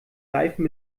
reifen